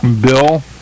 Bill